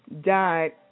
died